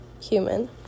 human